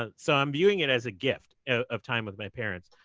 ah so i'm viewing it as a gift of time with my parents.